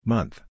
Month